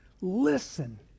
Listen